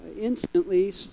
instantly